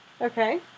Okay